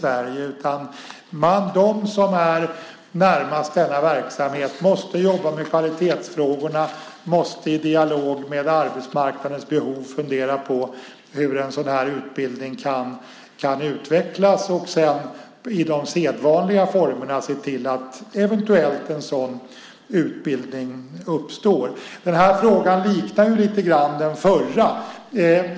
De som är närmast denna verksamhet måste jobba med kvalitetsfrågorna och i dialog med arbetsmarknaden om dess behov fundera över hur en sådan här utbildning kan utvecklas, och sedan i sedvanliga former se till att en sådan utbildning eventuellt uppstår. Den här frågan liknar lite grann den i den förra interpellationen.